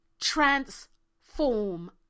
transform